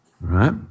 right